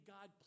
God